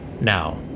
Now